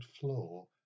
floor